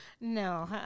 No